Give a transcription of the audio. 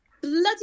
bloody